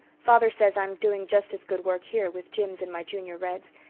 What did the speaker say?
father says i'm doing just as good work here, with jims and my junior reds.